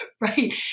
Right